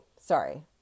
sorry